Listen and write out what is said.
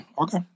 Okay